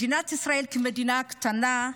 מדינת ישראל, מדינה קטנה,